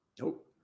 Nope